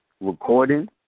recording